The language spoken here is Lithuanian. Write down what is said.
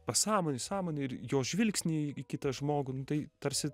pasąmonę sąmonę ir jo žvilgsnį į į kitą žmogų nu tai tarsi